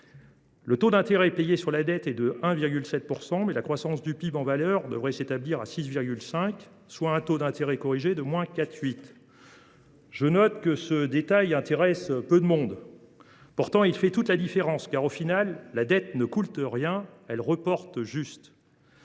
Le taux d’intérêt payé sur la dette est de 1,7 %, mais la croissance du PIB en valeur devrait s’établir à 6,5 %, ce qui produit un taux d’intérêt corrigé de –4,8 %. Je note que ce détail intéresse peu de monde. Pourtant, il fait toute la différence, car,, la dette ne coûte rien, elle ne fait que